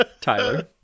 Tyler